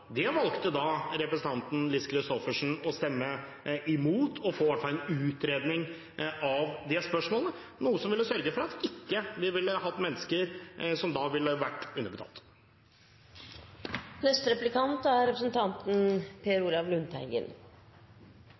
Det valgte da representanten Lise Christoffersen å stemme imot, å få i hvert fall en utredning av det spørsmålet, noe som ville sørget for at vi ikke ville hatt mennesker som